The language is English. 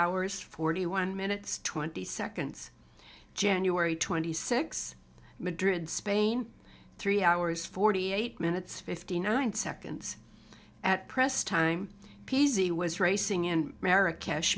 hours forty one minutes twenty seconds january twenty six madrid spain three hours forty eight minutes fifty nine seconds at press time p z was racing in america